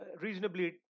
reasonably